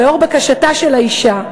ולאור בקשתה של האישה,